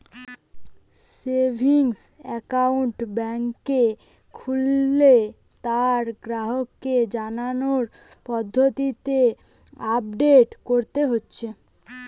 savings account বেংকে খুললে তার গ্রাহককে জানার পদ্ধতিকে আপডেট কোরতে হচ্ছে